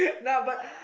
nah but